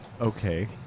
Okay